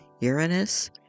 Uranus